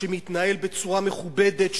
שמתנהל בצורה מכובדת,